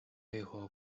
配合